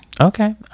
Okay